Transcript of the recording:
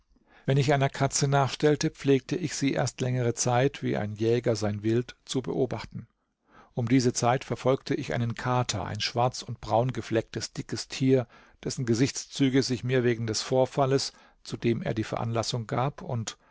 wenn ich einer katze nachstellte pflegte ich sie erst längere zeit wie ein jäger sein wild zu beobachten um diese zeit verfolgte ich einen kater ein schwarz und braungeflecktes dickes tier dessen gesichtszüge sich mir wegen des vorfalles zu dem er die veranlassung gab und